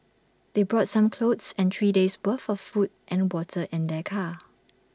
they brought some clothes and three days' worth of food and water in their car